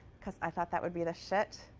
because i thought that would be the shit.